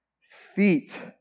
feet